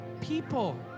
people